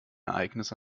ereignisse